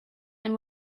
and